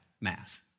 math